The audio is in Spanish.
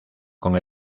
con